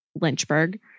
Lynchburg